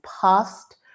past